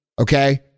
okay